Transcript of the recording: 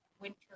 winter